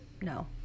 no